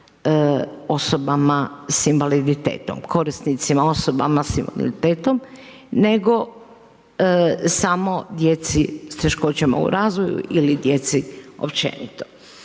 osobama s invaliditetom, korisnicima osobama s invaliditetom, nego samo djeci s teškoćama u razvoju ili djeci općenito.